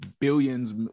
billions